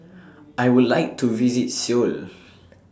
I Would like to visit Seoul